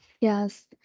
Yes